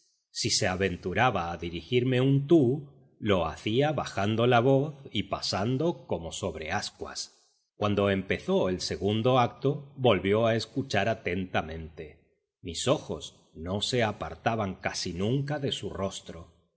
si se aventuraba a dirigirme un tú lo hacía bajando la voz y pasando como sobre ascuas cuando empezó el segundo acto volvió a escuchar atentamente mis ojos no se apartaban casi nunca de su rostro